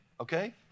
okay